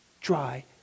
dry